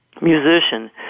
musician